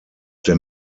der